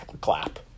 clap